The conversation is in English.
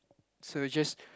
so just